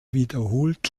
wiederholt